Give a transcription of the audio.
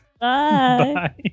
Bye